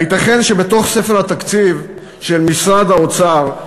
הייתכן שבתוך ספר התקציב של משרד האוצר,